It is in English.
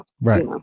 Right